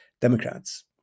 democrats